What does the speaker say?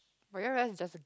but y'all realise its just a